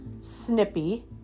snippy